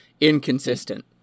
inconsistent